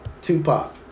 Tupac